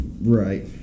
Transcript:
Right